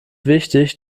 wichtig